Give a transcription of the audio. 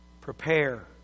prepare